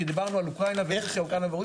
כי דיברנו על אוקראינה ורוסיה.